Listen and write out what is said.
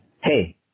Hey